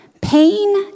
Pain